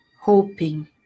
hoping